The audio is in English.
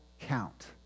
count